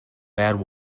bad